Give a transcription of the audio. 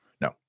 No